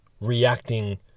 reacting